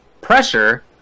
pressure